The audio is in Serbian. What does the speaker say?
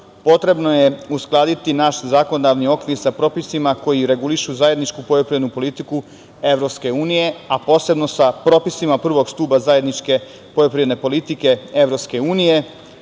potrebno je uskladiti naš zakonodavni okvir sa propisima koji regulišu zajedničku poljoprivrednu politiku EU, a posebno sa propisima prvog stuba zajedničke poljoprivredne politike EU